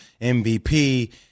MVP